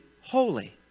holy